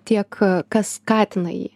tiek kas skatina jį